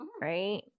right